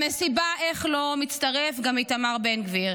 למסיבה, איך לא, מצטרף גם איתמר בן גביר,